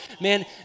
man